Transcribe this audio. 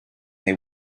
they